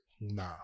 Nah